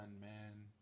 man